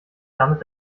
damit